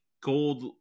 gold